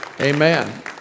Amen